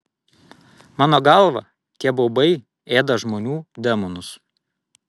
mano galva tie baubai ėda žmonių demonus